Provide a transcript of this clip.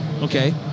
okay